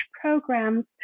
programs